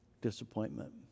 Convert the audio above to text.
disappointment